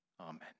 Amen